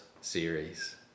series